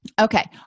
Okay